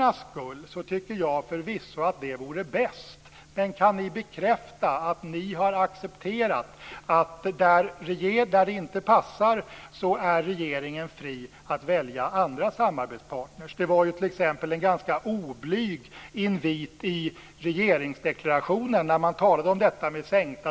Förvisso vore det bäst för sakernas skull, men kan ni bekräfta att ni har accepterat att när det inte passar är regeringen fri att välja andra samarbetspartner? Det var ju en ganska oblyg invit i regeringsdeklarationen när man talade om sänkta dagistaxor.